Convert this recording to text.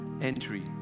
entry